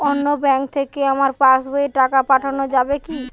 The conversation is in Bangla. অন্য ব্যাঙ্ক থেকে আমার পাশবইয়ে টাকা পাঠানো যাবে কি?